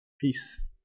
peace